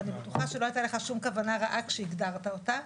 ואני בטוחה שלא הייתה לך שום כוונה רעה כשהגדרת אותה.